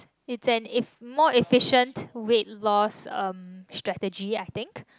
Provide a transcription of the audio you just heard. it's an if more efficient weight loss strategy I think